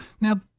Now